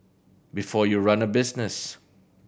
before you run a business